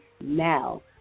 now